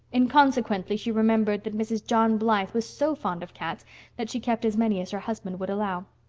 inconsequently she remembered that mrs. john blythe was so fond of cats that she kept as many as her husband would allow.